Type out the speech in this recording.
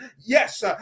Yes